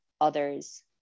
others